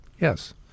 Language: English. Yes